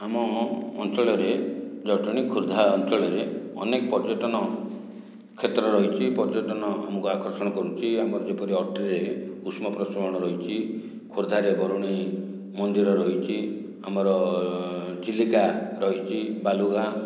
ଆମ ଅଞ୍ଚଳରେ ଜଟଣୀ ଖୋର୍ଦ୍ଧା ଅଞ୍ଚଳରେ ଅନେକ ପର୍ଯ୍ୟଟନ କ୍ଷେତ୍ର ରହିଛି ପର୍ଯ୍ୟଟନ ଆମକୁ ଆକର୍ଷଣ କରୁଛି ଆମର ଯେପରି ଅଟ୍ରିରେ ଉଷ୍ମପ୍ରସବଣ ରହିଛି ଖୋର୍ଦ୍ଧାରେ ବରୁଣେଇ ମନ୍ଦିର ରହିଛି ଆମର ଚିଲିକା ରହିଛି ବାଲୁଗାଁ